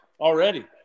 already